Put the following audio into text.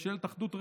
ממשלת אחדות רחבה,